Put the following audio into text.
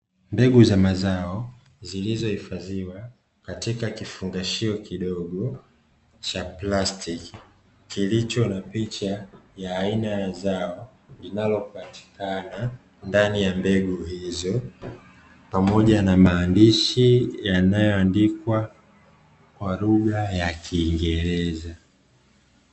Mbegu za mazao zilizohifadhiwa katika kifungashio kidogo cha plastiki, kilicho na picha ya aina ya zao linalopatikana ndani ya mbegu hizo, pamoja na maandishi yanayoandikwa kwa lugha ya kiingereza.